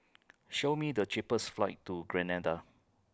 Show Me The cheapest flights to Grenada